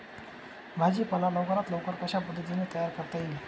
भाजी पाला लवकरात लवकर कशा पद्धतीने तयार करता येईल?